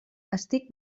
estic